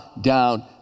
down